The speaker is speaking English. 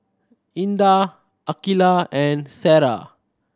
Indah Aqilah and Sarah